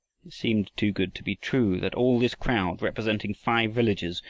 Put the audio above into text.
it seemed too good to be true that all this crowd, representing five villages,